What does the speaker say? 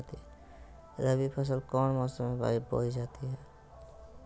रबी फसल कौन मौसम में बोई जाती है?